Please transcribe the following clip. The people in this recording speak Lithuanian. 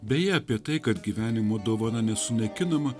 beje apie tai kad gyvenimo dovana nesunaikinama